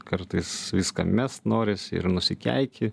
kartais viską mest norisi ir nusikeiki